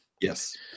Yes